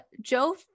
Joe